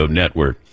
network